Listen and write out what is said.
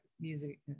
music